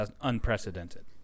unprecedented